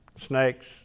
snakes